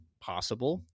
possible